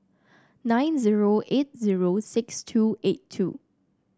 nine zero eight zero six two eight two